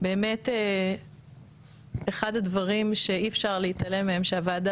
אחד הדברים שאי אפשר להתעלם מהם הוא שהוועדה